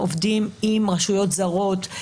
אנחנו עובדים עם רשויות זרות,